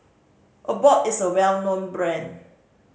Abbott is a well known brand